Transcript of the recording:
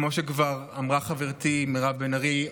כמו שכבר אמרה חברתי מירב בן ארי,